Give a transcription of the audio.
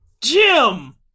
Jim